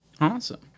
Awesome